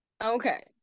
Okay